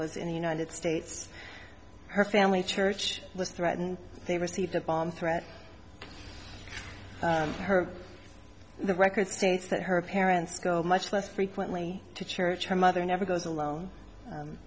was in the united states her family church was threatened they received a bomb threat to her the record states that her parents go much less frequently to church her mother never goes alone